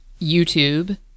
YouTube